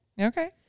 Okay